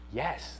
yes